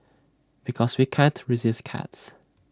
because we can't resist cats